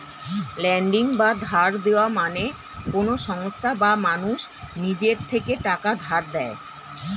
lending বা ধার দেওয়া মানে কোন সংস্থা বা মানুষ নিজের থেকে টাকা ধার দেয়